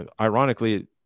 Ironically